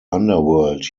underworld